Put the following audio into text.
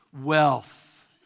wealth